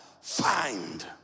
find